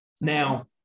Now